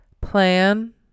Plan